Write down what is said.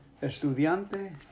estudiante